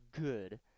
good